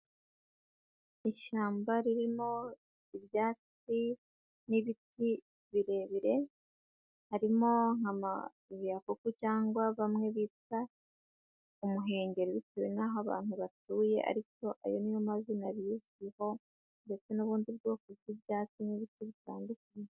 Ishyamba ririmo ibyatsi n'ibiti birebire, harimo nka mabiyakuku cyangwa bamwe bita umuhengeri bitewe n' aho abantu batuye, ariko ayo ni yo mazina bizwiho ndetse n'ubundi bwoko bw'ibyatsi n'ibiti bitandukanye.